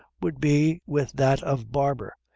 would be with that of barber,